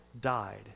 died